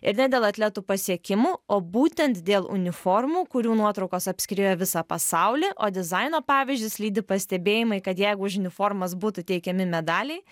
ir ne dėl atletų pasiekimų o būtent dėl uniformų kurių nuotraukos apskriejo visą pasaulį o dizaino pavyzdžius lydi pastebėjimai kad jeigu už uniformas būtų teikiami medaliai